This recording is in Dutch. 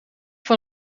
van